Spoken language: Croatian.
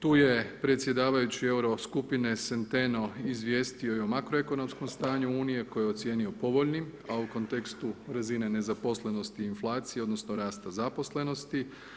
Tu je predsjedavajući euro skupine Centeno izvijestio i o makroekonomskom stanju unije koji je ocijenio povoljnim a u kontekstu razine nezaposlenosti i inflacije, odnosno rasta zaposlenosti.